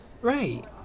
Right